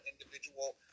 individual